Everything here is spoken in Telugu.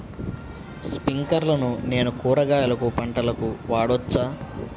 స్ప్రింక్లర్లను నేను కూరగాయల పంటలకు వాడవచ్చా?